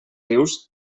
rius